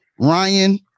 Ryan